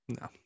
No